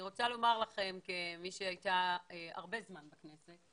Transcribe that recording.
אני רוצה לומר לכם, כמי שהייתה הרבה זמן בכנסת,